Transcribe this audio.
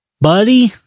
buddy